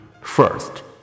First